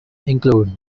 include